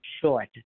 short